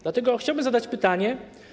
Dlatego chciałbym zadać pytanie.